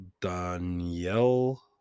Danielle